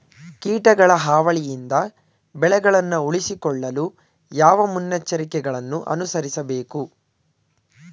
ಕೀಟಗಳ ಹಾವಳಿಯಿಂದ ಬೆಳೆಗಳನ್ನು ಉಳಿಸಿಕೊಳ್ಳಲು ಯಾವ ಮುನ್ನೆಚ್ಚರಿಕೆಗಳನ್ನು ಅನುಸರಿಸಬೇಕು?